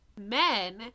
men